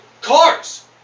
cars